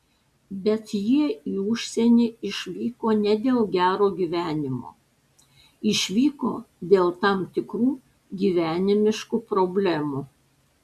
bet jie į užsienį išvyko ne dėl gero gyvenimo išvyko dėl tam tikrų gyvenimiškų problemų